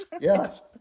Yes